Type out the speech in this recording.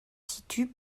situe